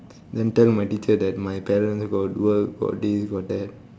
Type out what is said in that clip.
then tell my teacher that my parents got work got this got that